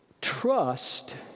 trust